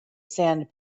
sand